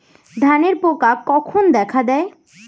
ধানের পোকা কখন দেখা দেয়?